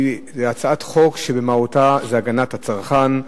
היא הצעת חוק שבמהותה היא הגנת הצרכן,